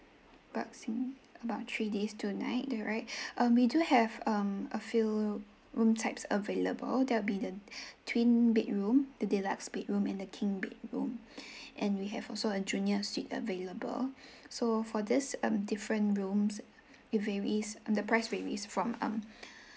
abouts in about three days two night there right um we do have um a few room types available there will be the twin bedroom the deluxe bedroom and the king bedroom and we have also a junior suite available so for this um different rooms it varies the price varies from um